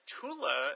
Tula